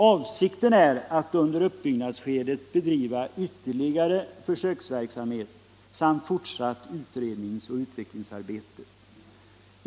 Avsikten är att under uppbyggnadsskedet bedriva ytterligare försöksverksamhet samt fortsatt utredningsoch utvecklingsarbete.